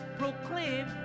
Proclaim